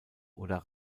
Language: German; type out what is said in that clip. oder